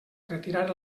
retirar